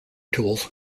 tools